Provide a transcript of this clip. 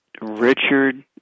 Richard